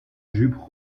jupe